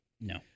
No